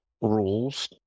rules